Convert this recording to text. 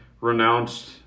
renounced